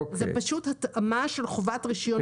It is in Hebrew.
זאת פשוט התאמה של חובת רישיון רכב.